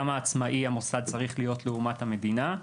כמה עצמאי המוסד צריך להיות לעומת המדינה,